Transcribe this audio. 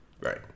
Right